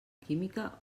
química